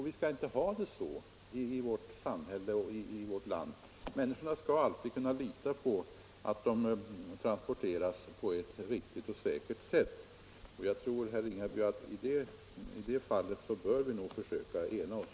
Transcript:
Vi skall inte ha det så, utan människorna skall kunna lita på att de transporteras på ett riktigt och säkert sätt. Jag tror, herr Ringaby, att vi i det fallet nog bör försöka ena oss.